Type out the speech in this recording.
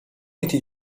été